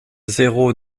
zéro